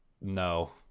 no